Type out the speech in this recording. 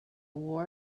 war